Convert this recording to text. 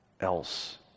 else